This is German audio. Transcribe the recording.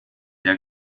der